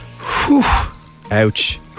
ouch